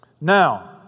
Now